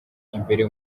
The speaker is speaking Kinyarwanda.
imbere